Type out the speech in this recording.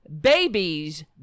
babies